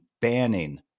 banning